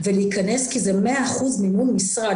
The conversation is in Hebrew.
ולהיכנס כי זה 100% מימון משרד,